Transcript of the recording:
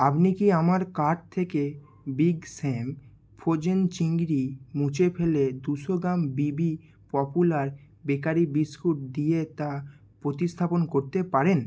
আপনি কি আমার কার্ট থেকে বিগ স্যাম ফ্রোজেন চিংড়ি মুছে ফেলে দুশো গ্রাম বিবি পপুলার বেকারি বিস্কুট দিয়ে তা প্রতিস্থাপন করতে পারেন